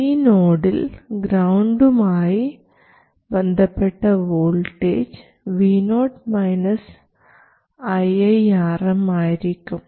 ഈ നോഡിൽ ഗ്രൌണ്ടും ആയി ബന്ധപ്പെട്ട വോൾട്ടേജ് vo iiRm ആയിരിക്കും